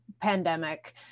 pandemic